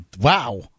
wow